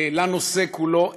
לנושא כולו.